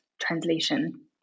translation